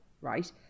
right